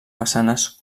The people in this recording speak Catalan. façanes